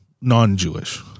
non-Jewish